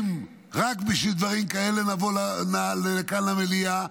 אם רק בשביל דברים כאלה נבוא לכאן, למליאה,